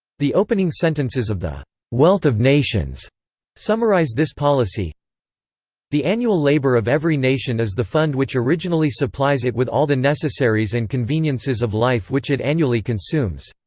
the opening sentences of the wealth of nations summarise this policy the annual labour of every nation is the fund which originally supplies it with all the necessaries and conveniences of life which it annually consumes.